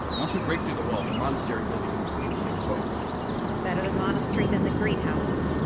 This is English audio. once we break through the wall, the monastery will be completely exposed better the monastery than the greenhouse.